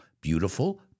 Beautiful